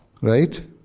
Right